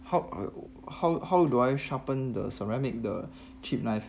how how how do I sharpen the ceramic the cheap knife